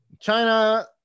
China